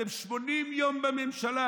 אתם 80 יום בממשלה.